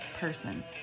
person